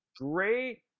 great